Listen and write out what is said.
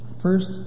First